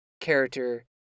character